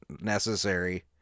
necessary